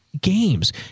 games